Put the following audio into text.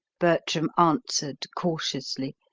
bertram answered cautiously,